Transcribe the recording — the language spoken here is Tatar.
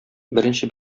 беренче